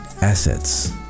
Assets